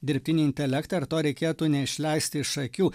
dirbtinį intelektą ir to reikėtų neišleisti iš akių